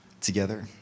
together